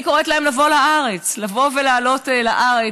אני קוראת להן לבוא לארץ, לבוא ולעלות לארץ.